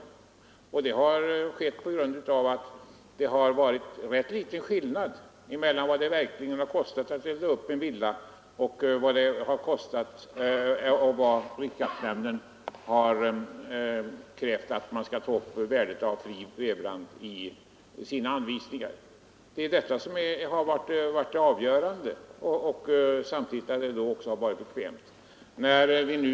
Denna utveckling har skett på grund av att det har varit rätt liten skillnad mellan vad det verkligen har kostat att värma upp en villa med olja och vad riksskatteverket i sina anvisningar har krävt att man skall ta upp som värde för eget bränsle. Detta har varit det avgörande. Samtidigt har det också varit bekvämt att elda med olja.